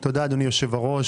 תודה, אדוני יושב-הראש.